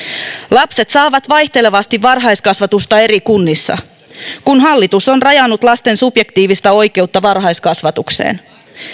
lapset saavat vaihtelevasti varhaiskasvatusta eri kunnissa kun hallitus on rajannut lasten subjektiivista oikeutta varhaiskasvatukseen